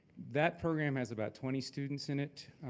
that program has about twenty students in it.